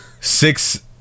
six